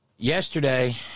Yesterday